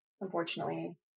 Unfortunately